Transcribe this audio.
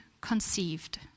conceived